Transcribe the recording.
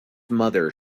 mother